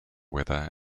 weather